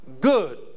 good